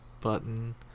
button